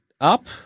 up